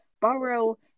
borrow